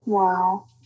Wow